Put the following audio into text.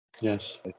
Yes